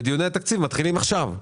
ודיוני התקציב מתחילים עכשיו,